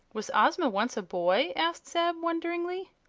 was ozma once a boy? asked zeb, wonderingly.